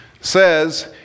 says